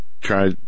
try